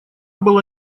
была